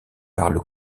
parle